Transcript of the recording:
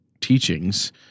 teachings